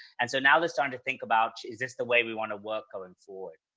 and so now they're starting to think about, is this the way we want to work going forward?